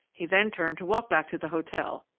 he then turned to walk back to the hotel,